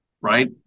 Right